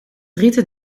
rieten